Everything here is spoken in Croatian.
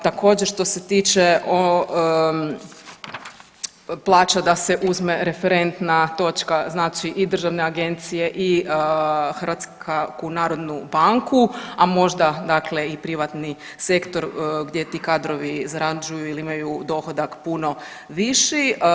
Također što se tiče plaća da se uzme referentna točka znači i državne agencije i HNB, a možda dakle i privatni sektor gdje ti kadrovi zarađuju ili imaju dohodak puno viši.